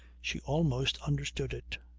she almost understood it.